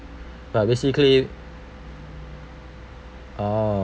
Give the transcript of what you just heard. but basically orh